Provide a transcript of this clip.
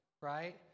right